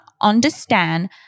understand